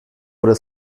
oder